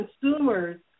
consumers